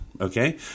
Okay